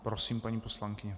Prosím, paní poslankyně.